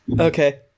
Okay